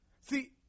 See